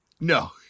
No